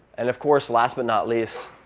and of course, last but not least,